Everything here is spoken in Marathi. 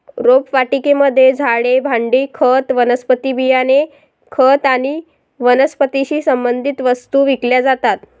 रोपवाटिकेमध्ये झाडे, भांडी, खत, वनस्पती बियाणे, खत आणि वनस्पतीशी संबंधित वस्तू विकल्या जातात